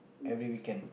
every weekend